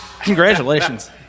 Congratulations